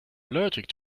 allergic